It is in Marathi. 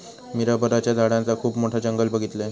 मी रबराच्या झाडांचा खुप मोठा जंगल बघीतलय